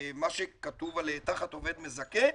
מה שכתוב תחת עובד מזכה,